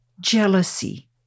Jealousy